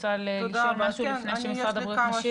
רוצה לשאול משהו לפני שמשרד הבריאות משיב?